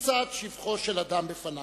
מקצת שבחו של אדם בפניו,